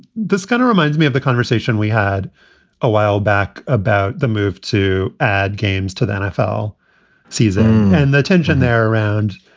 this kind of reminds me of the conversation we had a while back about the move to add games to the nfl season and the tension there around